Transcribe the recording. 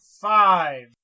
Five